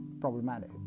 problematic